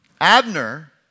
Abner